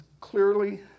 clearly